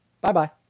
Bye-bye